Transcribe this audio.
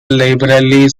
liberally